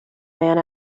man